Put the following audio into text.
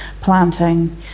planting